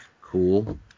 cool